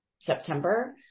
September